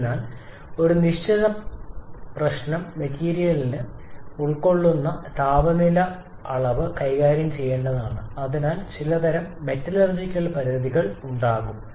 എന്നാൽ ഒരു നിശ്ചിത പ്രശ്നം മെറ്റീരിയലിന് ഉയർന്ന താപനില അളവ് കൈകാര്യം ചെയ്യേണ്ടതാണ് അതിനാൽ ചിലതരം മെറ്റലർജിക്കൽ പരിധികൾ ഉണ്ടാകും